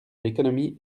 l’économie